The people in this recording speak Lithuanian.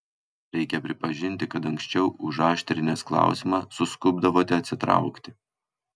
reikia pripažinti kad anksčiau užaštrinęs klausimą suskubdavote atsitraukti